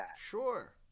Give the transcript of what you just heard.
Sure